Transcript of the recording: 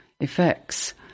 effects